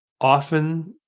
often